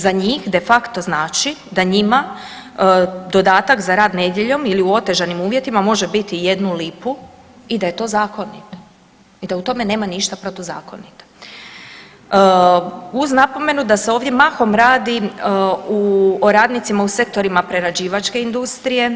Za njih de facto znači da njima dodatak za rad nedjeljom ili u otežanim uvjetima može biti jednu lipu i da je to zakonito i da u tome nema ništa protuzakonito uz napomenu da se ovdje mahom radi o radnicima u sektorima prerađivačke industrije.